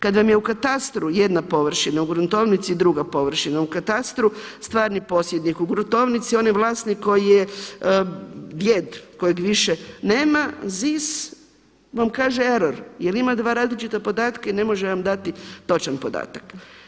Kad vam je u katastru jedna površina, u gruntovnici draga površina, u katastru stvarni posjednik, u gruntovnici onaj vlasnik koji je djed kojeg više nema ZIS vam kaže error jer ima dva različita podatka i ne može vam dati točan podatak.